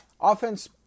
offense